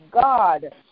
God